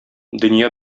дөнья